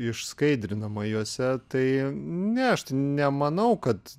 išskaidrinama juose tai ne aš nemanau kad